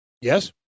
Yes